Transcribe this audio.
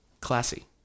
Classy